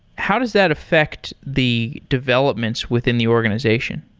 how does that affect the developments within the organization?